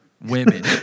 Women